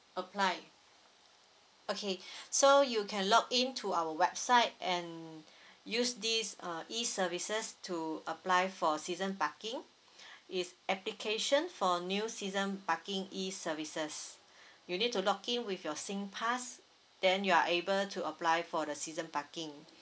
apply okay so you can log in to our website and use this uh E services to apply for season parking is application for new season parking E services you need to log in with your singpass then you are able to apply for the season parking